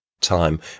time